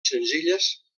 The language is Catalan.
senzilles